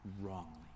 wrongly